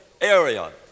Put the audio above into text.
area